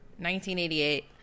1988